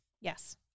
Yes